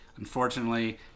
Unfortunately